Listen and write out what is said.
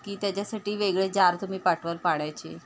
की त्याच्यासाठी वेगळे जार तुम्ही पाठवाल पाण्याचे